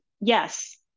yes